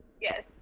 Yes